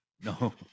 no